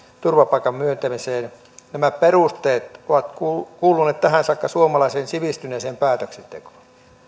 turvapaikan myöntämiseen nämä perusteet ovat kuuluneet tähän saakka suomalaiseen sivistyneeseen päätöksentekoon